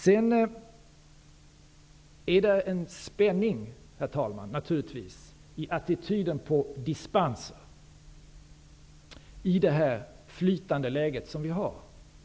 Sedan finns där naturligtvis en spänning, herr talman, i attityden till dispenser, i detta flytande läge.